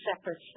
separate